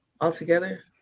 altogether